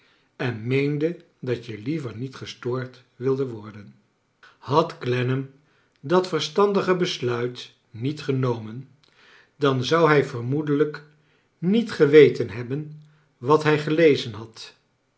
en meende dat je liever niet gestoord wilde worden had clennam dat verstandige besluit niet genomen dan zou hij vermoedelrjk niet geweten hebben wat hij gelezen had